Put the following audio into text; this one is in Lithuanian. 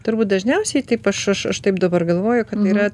turbūt dažniausiai taip aš aš aš taip dabar galvoju kad yra